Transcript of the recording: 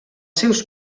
seus